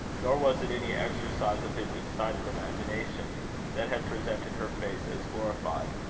nor was it any exercise of his excited imagination that had presented her face as glorified.